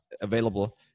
available